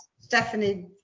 Stephanie